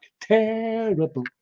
Terrible